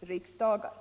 riksdagar.